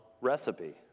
recipe